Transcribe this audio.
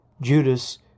Judas